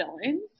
Villains